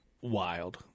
wild